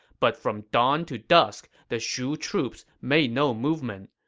but from dawn to dusk, the shu troops made no movement.